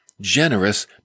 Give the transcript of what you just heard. generous